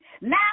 Now